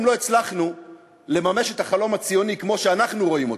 אם לא הצלחנו לממש את החלום הציוני כמו שאנחנו רואים אותו,